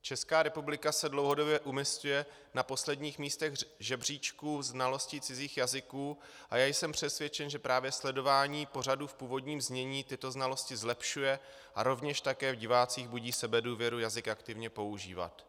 Česká republika se dlouhodobě umísťuje na posledních místech žebříčků znalostí cizích jazyků a já jsem přesvědčen, že právě sledování pořadů v původním znění tyto znalosti zlepšuje a rovněž také v divácích budí sebedůvěru, jazyk aktivně používat.